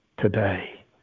Today